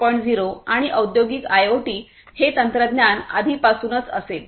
0 आणि औद्योगिक आयओटी हे तंत्रज्ञान आधीपासूनच असेल